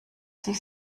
sich